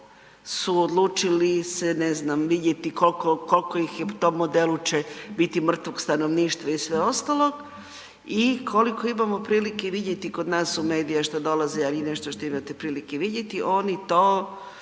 se odluči vidjeti koliko će u tom modelu biti mrtvog stanovništva i sve ostalo i koliko imamo prilike vidjeti kod nas u medije što dolaze, ali i nešto što imate prilike vidjeti, oni stoje